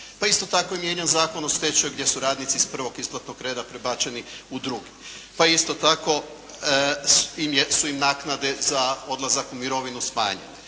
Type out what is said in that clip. Pa isto tako je mijenjan Zakon o stečaju gdje su radnici iz prvog isplatnog reda prebačeni u drugi. Pa je isto tako su im i naknade za odlazak u mirovinu smanjene.